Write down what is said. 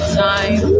time